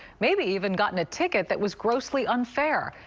maybe even gotten a ticket that was grossly underfair.